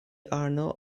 arno